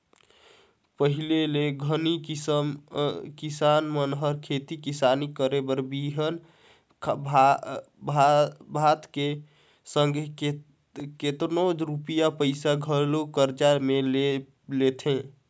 पहिली के घरी किसान मन हर खेती किसानी करे बर बीहन भात के संघे केतनो रूपिया पइसा घलो करजा में ले लेथें